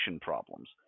problems